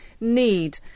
need